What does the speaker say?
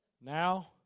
Now